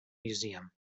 museum